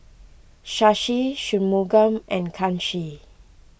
Shashi Shunmugam and Kanshi